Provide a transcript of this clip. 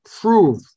prove